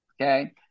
Okay